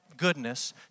Goodness